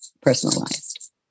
personalized